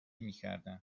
میکردن